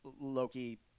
Loki